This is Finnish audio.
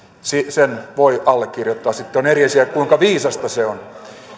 sen voi allekirjoittaa sitten on eri asia kuinka viisasta se on